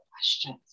questions